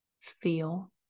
feel